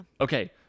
Okay